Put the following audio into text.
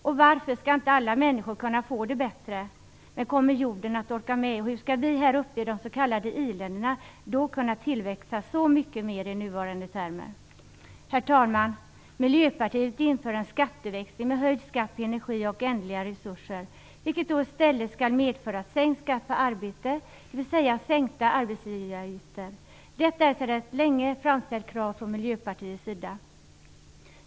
Och varför skall inte alla människor kunna få det bättre? Men kommer jorden att orka med, och hur skall vi här uppe i de s.k. i-länderna då kunna tillväxa så mycket mer i nuvarande termer? Herr talman! Miljöpartiet vill införa en skatteväxling med höjd skatt på energi och ändliga resurser, vilket i stället skall medföra sänkt skatt på arbete, dvs. sänkta arbetsgivaravgifter. Detta är ett sedan länge framställt krav från Miljöpartiets sida.